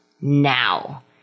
now